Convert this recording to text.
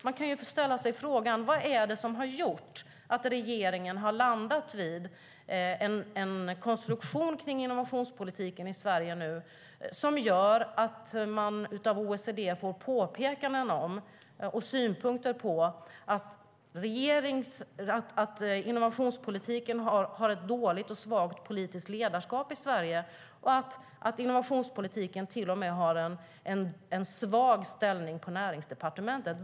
Man kan ställa sig frågan: Vad är det som har gjort att regeringen har landat vid en konstruktion kring innovationspolitiken i Sverige som gör att man av OECD får påpekanden om och synpunkter på att innovationspolitiken har ett dåligt och svagt politiskt ledarskap i Sverige och att den till och med har en svag ställning på Näringsdepartementet?